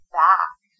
back